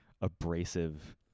abrasive